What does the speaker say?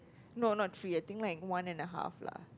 no not three I think like one and a half lah